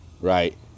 right